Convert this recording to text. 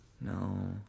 No